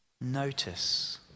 notice